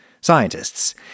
scientists